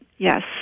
Yes